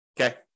Okay